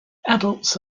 adults